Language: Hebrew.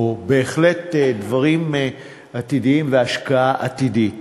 או בהחלט דברים עתידיים והשקעה עתידית.